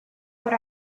what